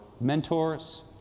mentors